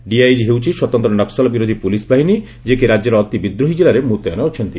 DRG ହେଉଛି ସ୍ୱତନ୍ତ୍ର ନକ୍ୱଲ ବିରୋଧି ପୁଲିସ୍ ବାହିନୀ ଯିଏକି ରାଜ୍ୟର ଅତି ବିଦ୍ରୋହୀ ଜିଲ୍ଲାରେ ମୁତ୍ୟନ ଅଛନ୍ତି